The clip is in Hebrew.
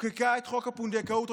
חוקקה את חוק הפונדקאות,